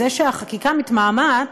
זה שהחקיקה מתמהמהת,